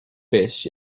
fish